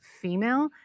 female